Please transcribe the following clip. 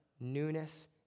newness